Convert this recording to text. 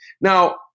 Now